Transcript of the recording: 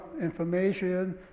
information